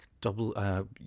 Double